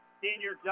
senior